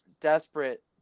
desperate